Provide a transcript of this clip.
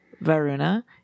Varuna